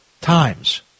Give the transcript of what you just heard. times